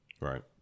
Right